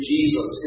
Jesus